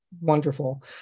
wonderful